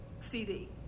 CD